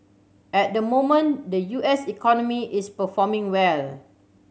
at the moment the U S economy is performing well